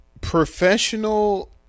Professional